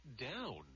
down